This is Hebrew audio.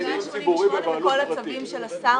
לעשות את העסק